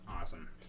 awesome